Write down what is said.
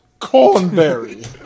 Cornberry